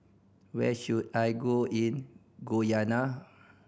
where should I go in Guyana